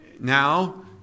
now